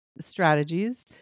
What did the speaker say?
strategies